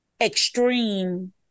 extreme